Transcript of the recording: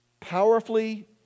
Powerfully